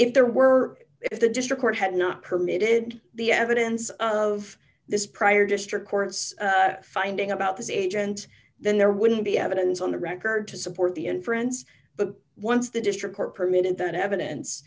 if there were if the district court had not permitted the evidence of this prior district court's finding about this agent then there wouldn't be evidence on the record to support the inference but once the district court permitted that evidence